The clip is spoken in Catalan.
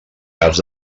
cas